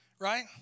right